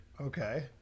Okay